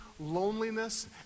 loneliness